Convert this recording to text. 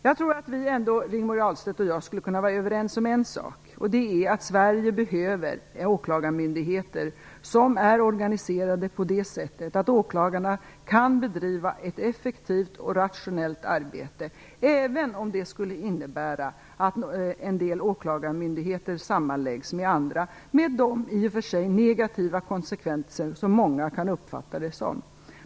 Jag tror ändå att Rigmor Ahlstedt och jag skulle kunna vara överens om en sak. Det är att Sverige behöver åklagarmyndigheter som är organiserade på så sätt att åklagarna kan bedriva ett effektivt och rationellt arbete. Det gäller även om det skulle innebära att en del åklagarmyndigheter sammanläggs med andra, med de i och för sig negativa konsekvenser som många kan uppfatta det som.